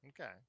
Okay